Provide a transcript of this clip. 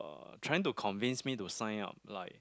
uh trying to convince me to sign up like